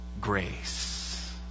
grace